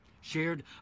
shared